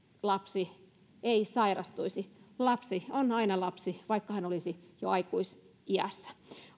lapsi sairastuisi lapsi on aina lapsi vaikka hän olisi jo aikuisiässä